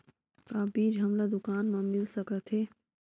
का बीज हमला दुकान म मिल सकत हे?